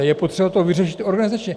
Je potřeba to vyřešit organizačně.